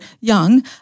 young